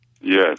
Yes